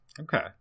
Okay